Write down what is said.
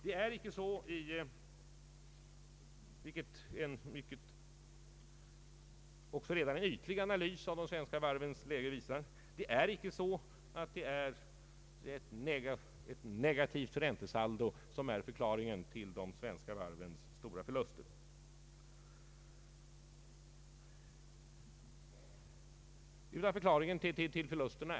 Det är icke så — vilket en mycket ytlig analys av de svenska varvens läge visar — att det är ett negativt räntesaldo som är förklaringen till de svenska varvens stora förluster.